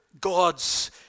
God's